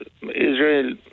Israel